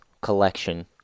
collection